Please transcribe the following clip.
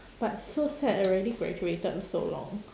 but so sad already graduated so long